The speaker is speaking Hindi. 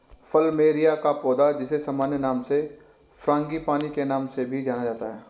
प्लमेरिया का पौधा, जिसे सामान्य नाम फ्रांगीपानी के नाम से भी जाना जाता है